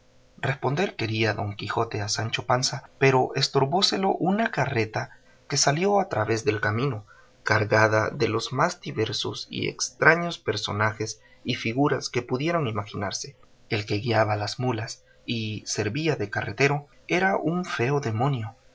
responder quería don quijote a sancho panza pero estorbóselo una carreta que salió al través del camino cargada de los más diversos y estraños personajes y figuras que pudieron imaginarse el que guiaba las mulas y servía de carretero era un feo demonio